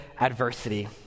adversity